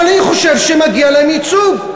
אבל אני חושב שמגיע להם ייצוג.